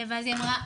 אז היא אמרה,